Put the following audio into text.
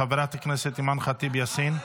חברת הכנסת אימאן ח'טיב יאסין,